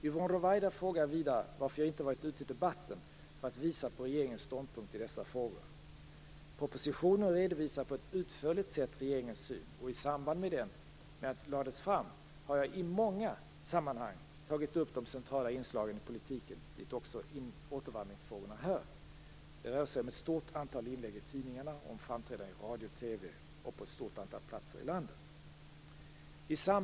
Yvonne Ruwaida frågar vidare varför jag inte varit ute i debatten för att visa på regeringens ståndpunkt i dessa frågor. I den migrationspolitiska propositionen redovisas regeringens syn på ett utförligt sätt. I samband med att propositionen lades fram har jag i många sammanhang tagit upp de centrala inslagen i politiken, dit också återvandringsfrågorna hör. Det rör sig om ett stort antal inlägg i tidningarna och om framträdanden i radio och TV och på ett stort antal platser i landet.